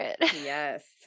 Yes